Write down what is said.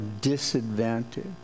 disadvantage